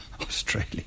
Australia